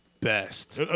best